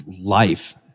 life